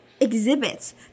exhibits